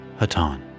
Hatan